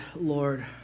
Lord